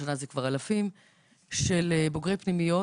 אלפים של בוגרי פנימיות,